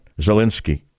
Zelensky